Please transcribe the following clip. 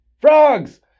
Frogs